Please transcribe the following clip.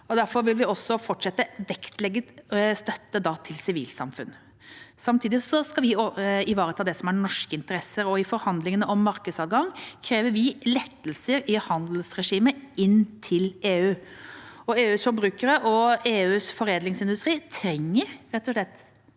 Derfor vil vi også fortsatt vektlegge støtte til sivilsamfunnet. Samtidig skal vi ivareta norske interesser. I forhandlingene om markedsadgang krever vi lettelser i handelsregimet inn til EU. EUs forbrukere og EUs foredlingsindustri trenger bærekraftig sjømat